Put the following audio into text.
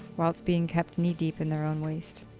whilst being knee deep in their own waste.